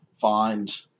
find